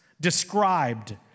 described